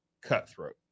Cutthroat